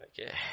Okay